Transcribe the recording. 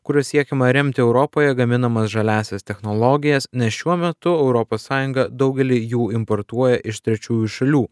kuriuo siekiama remti europoje gaminamas žaliąsias technologijas nes šiuo metu europos sąjunga daugelį jų importuoja iš trečiųjų šalių